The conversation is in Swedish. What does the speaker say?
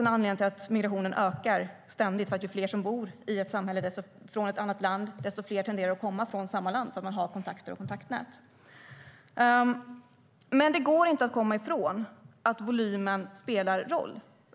En anledning till att migrationen ständigt ökar är att ju fler från ett annat land som bor i ett samhälle, desto fler tenderar att komma från samma land därför att man har kontakter och kontaktnät. Det går inte att komma ifrån att volymen spelar roll.